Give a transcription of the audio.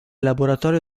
laboratorio